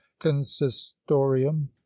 consistorium